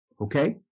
Okay